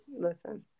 Listen